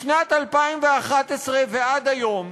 משנת 2011 ועד היום